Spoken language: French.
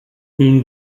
une